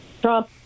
Trump